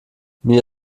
mir